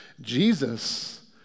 Jesus